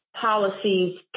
policies